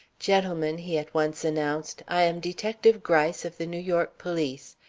gentlemen, he at once announced, i am detective gryce of the new york police,